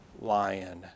lion